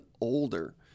older